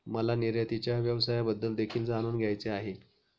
मला निर्यातीच्या व्यवसायाबद्दल देखील जाणून घ्यायचे आहे